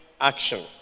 action